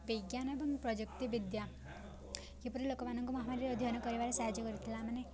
ବିଜ୍ଞାନ ଏବଂ ପ୍ରଯୁକ୍ତି ବିଦ୍ୟା କିପରି ଲୋକମାନଙ୍କୁ ମହାମାରୀ ଅଧ୍ୟୟନ କରିବାରେ ସାହାଯ୍ୟ କରିଥିଲା ମାନେ